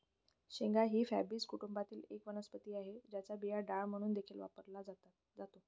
शेंगा ही फॅबीसी कुटुंबातील एक वनस्पती आहे, ज्याचा बिया डाळ म्हणून देखील वापरला जातो